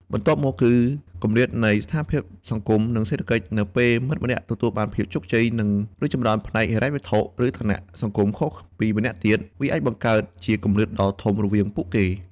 បន្ទាប់មក គឺ គម្លាតនៃស្ថានភាពសង្គម និងសេដ្ឋកិច្ច នៅពេលមិត្តម្នាក់ទទួលបានភាពជោគជ័យ និងរីកចម្រើនផ្នែកហិរញ្ញវត្ថុ ឬឋានៈសង្គមខុសពីម្នាក់ទៀត វាអាចបង្កើតជាគម្លាតដ៏ធំរវាងពួកគេ។